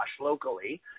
locally